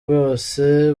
byose